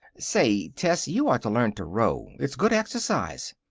say, tess, you ought to learn to row. it's good exercise.